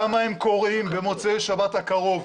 למה הם קוראים במוצאי שבת הקרוב,